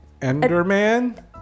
Enderman